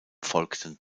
folgten